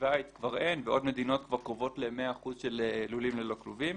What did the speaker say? בשוויץ כבר אין ובעוד מדינות קרובות למאה אחוזים של לולים ללא כלובים.